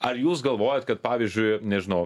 ar jūs galvojat kad pavyzdžiui nežinau